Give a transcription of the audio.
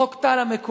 חוק טל המקורי,